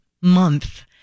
month